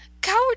Coward